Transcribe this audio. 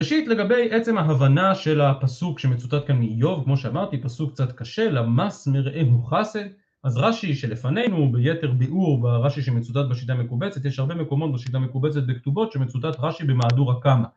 ראשית לגבי עצם ההבנה של הפסוק שמצוטט כאן מאיוב, כמו שאמרתי, פסוק קצת קשה: "למס מרעהו חסד", אז רש"י שלפנינו, ביתר ביעור ברש"י שמצוטט בשיטה המקובצת - יש הרבה מקומות בשיטה המקובצת, בכתובות, שמצוטט רש"י במהדורה קמא.